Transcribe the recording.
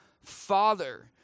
Father